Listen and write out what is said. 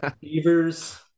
Beavers